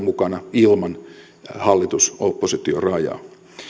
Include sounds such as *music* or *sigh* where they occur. *unintelligible* mukana ilman hallitus oppositio rajaa